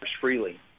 freely